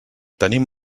tenim